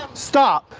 stop!